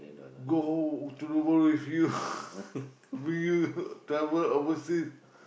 go to the world with you bring you travel overseas